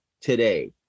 today